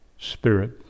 spirit